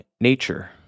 nature